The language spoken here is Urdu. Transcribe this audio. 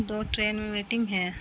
دو ٹرین میں ویٹنگ ہے